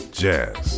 jazz